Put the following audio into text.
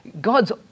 God's